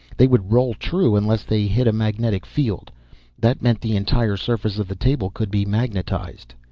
they would roll true unless they hit a magnetic field that meant the entire surface of the table could be magnetized.